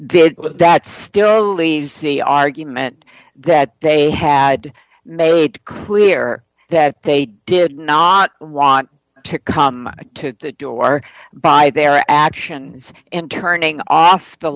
that still leaves the argument that they had made clear that they did not want to come to the door by their actions in turning off the